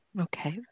Okay